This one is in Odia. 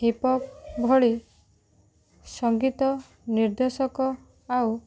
ହିପ୍ ପପ୍ ଭଳି ସଙ୍ଗୀତ ନିର୍ଦ୍ଦେଶକ ଆଉ